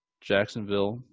Jacksonville